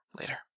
later